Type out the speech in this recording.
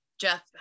Jeff